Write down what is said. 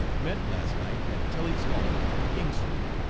met last night at tully's hall, king street,